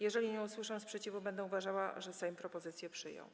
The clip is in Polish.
Jeżeli nie usłyszę sprzeciwu, będę uważała, że Sejm propozycję przyjął.